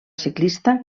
ciclista